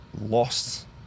lost